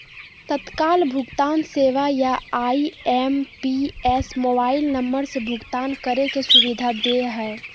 तत्काल भुगतान सेवा या आई.एम.पी.एस मोबाइल नम्बर से भुगतान करे के सुविधा दे हय